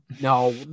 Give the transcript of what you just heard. No